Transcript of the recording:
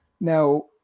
Now